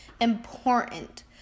important